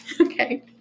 Okay